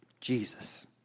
Jesus